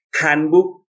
handbook